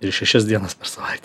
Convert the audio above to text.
ir šešias dienas per savaitę